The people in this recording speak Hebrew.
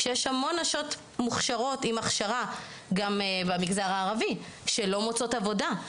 שיש המון נשים מוכשרות עם הכשרה גם במגזר הערבי שלא מוצאות עבודה,